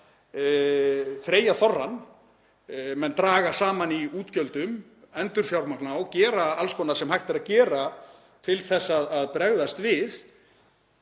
þreyja þorrann. Menn draga saman í útgjöldum, endurfjármagna og gera alls konar sem hægt er að gera til að bregðast við.